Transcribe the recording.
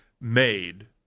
made –